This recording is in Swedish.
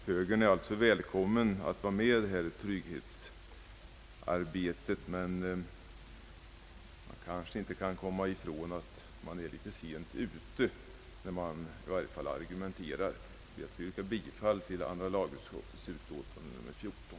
Högern är alltså välkommen att vara med i trygghetsarbetet, men jag kan inte komma ifrån att högern är litet sent ute med argumenten. Jag ber, herr talman, att få yrka bifall till andra lagutskottets utlåtande nr 14.